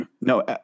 No